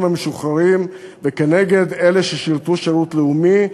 המשוחררים ונגד אלה ששירתו שירות לאומי.